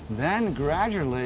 then gradually